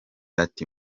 ati